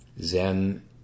Zen